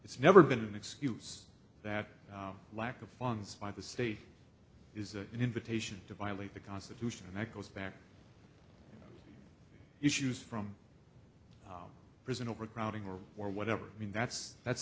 it's never been an excuse that lack of funds by the state is an invitation to violate the constitution and that goes back issues from prison overcrowding or or whatever i mean that's that's